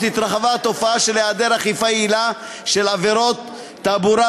התרחבה התופעה של היעדר אכיפה יעילה בעבירות תעבורה,